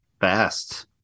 fast